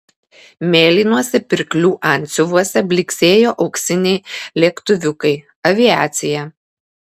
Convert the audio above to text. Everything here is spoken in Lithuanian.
mėlynuose pirklių antsiuvuose blyksėjo auksiniai lėktuviukai aviacija